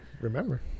remember